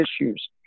issues